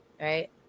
Right